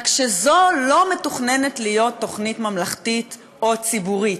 רק שזו לא מתוכננת להיות תוכנית ממלכתית או ציבורית.